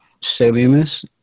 silliness